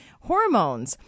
hormones